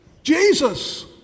Jesus